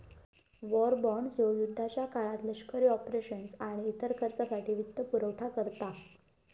war bonds ह्यो युद्धाच्या काळात लष्करी ऑपरेशन्स आणि इतर खर्चासाठी वित्तपुरवठा करता